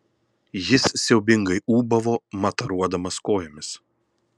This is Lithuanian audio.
jis siaubingai ūbavo mataruodamas kojomis